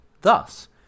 Thus